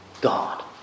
God